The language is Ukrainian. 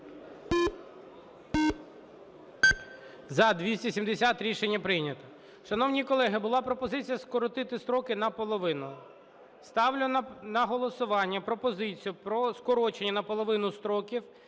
За-270 Рішення прийнято.